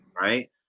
right